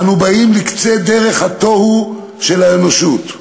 אנו באים לקצה דרך התוהו של האנושות.